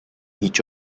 each